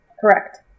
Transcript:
Correct